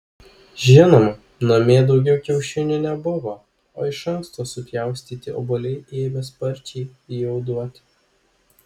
žinoma namie daugiau kiaušinių nebuvo o iš anksto supjaustyti obuoliai ėmė sparčiai juoduoti